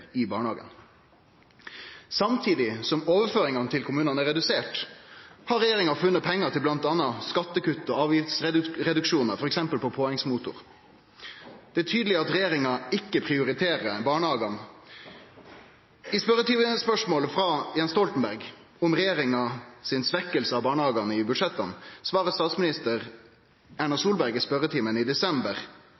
i barnehagane. Samtidig som overføringane til kommunane er reduserte, har regjeringa funne pengar til bl.a. skattekutt og avgiftsreduksjonar, f.eks. på påhengsmotor. Det er tydeleg at regjeringa ikkje prioriterer barnehagane. På eit spørsmål frå Jens Stoltenberg i spørjetimen i desember om regjeringa si svekking av barnehagane i budsjetta, svara statsminister Erna